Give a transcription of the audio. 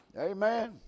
Amen